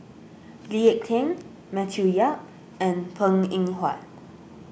Lee Ek Tieng Matthew Yap and Png Eng Huat